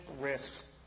risks